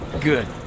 Good